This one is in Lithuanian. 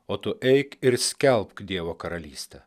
o tu eik ir skelbk dievo karalystę